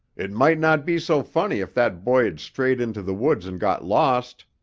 it might not be so funny if that boy had strayed into the woods and got lost.